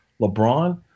LeBron